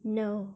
no